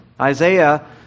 Isaiah